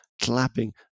clapping